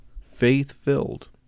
faith-filled